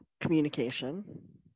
communication